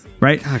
right